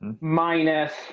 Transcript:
minus